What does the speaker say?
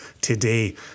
today